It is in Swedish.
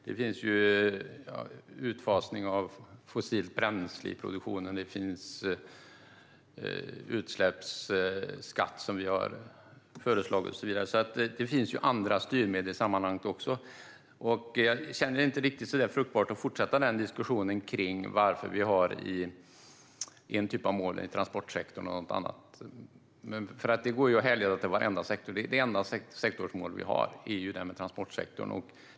Det finns en utfasning av fossilt bränsle i produktionen, vi har föreslagit en utsläppsskatt och så vidare. Det finns alltså även andra styrmedel i sammanhanget, och det känns inte så fruktbart att fortsätta diskussionen om varför vi har en typ av mål för transportsektorn men inte för andra. Det går nämligen att härleda till varenda sektor; det enda sektorsmål vi har är ju det för transportsektorn.